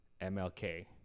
MLK